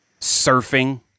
surfing